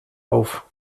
auf